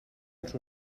als